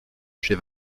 chez